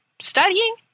studying